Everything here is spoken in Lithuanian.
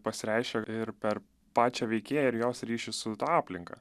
pasireiškia ir per pačią veikėją ir jos ryšį su aplinka